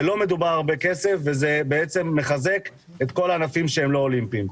זה מחזק את כל הענפים שהם לא אולימפיים.